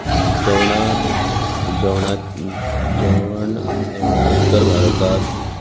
आनी जेवणांत उत्तर भारतांत